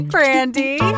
Brandy